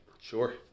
Sure